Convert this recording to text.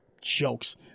jokes